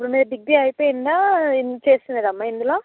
ఇప్పుడు మీది డిగ్రీ అయిపోయిందా ఏమన్న చేస్తున్నారా అమ్మ ఇందులో